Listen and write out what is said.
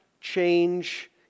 change